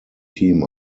team